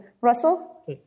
Russell